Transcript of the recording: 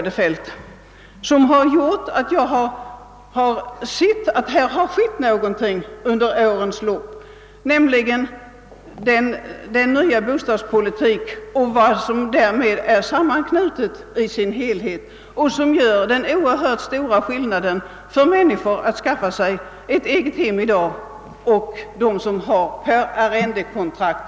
Det är just den omständigheten att någonting skett på detta område under årens lopp — jag syftar på den nya bostadspolitiken och allt som sammanhänger därmed — som gör att jag framhärdar i mina krav. Det är en enorm skillnad när det gäller att skaffa sig egnahem i dag och tidigare, när man bands: av arrendekontrakt.